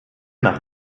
nach